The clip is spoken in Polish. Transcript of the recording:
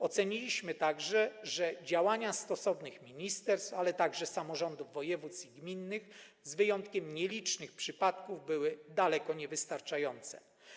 Oceniliśmy także, że działania stosownych ministerstw, ale także samorządów wojewódzkich i gminnych, z wyjątkiem nielicznych przypadków, były daleko niewystarczające.